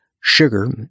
sugar